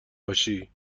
باشی